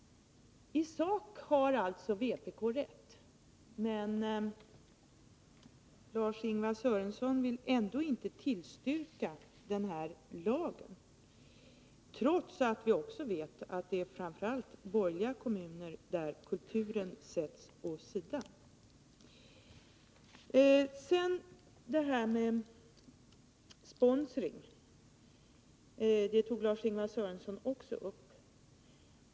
I sak har alltså vpk rätt, men Lars-Ingvar Sörenson vill inte tillstyrka förslaget om den här lagen, trots att vi också vet att det är framför allt i borgerliga kommuner som kulturen sätts åsido. Sedan detta med sponsring — det tog Lars-Ingvar Sörenson också upp.